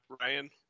Ryan